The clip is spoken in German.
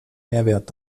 mehrwert